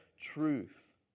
truth